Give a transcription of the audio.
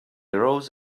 rose